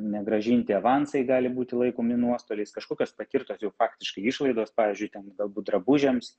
negrąžinti avansai gali būti laikomi nuostoliais kažkokios patirtos jau faktiškai išlaidos pavyzdžiui ten galbūt drabužiams